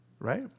Right